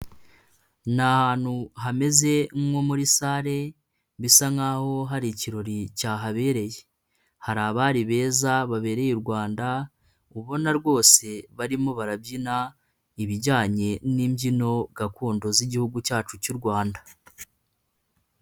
Ni ahantu hameze nko muri sale, bisa nk'aho hari ikirori cyahabereye, hari abari beza babereye u Rwanda, ubona rwose barimo barabyina ibijyanye n'imbyino gakondo z'igihugu cyacu cy'u Rwanda.